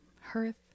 hearth